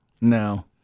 No